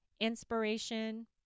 inspiration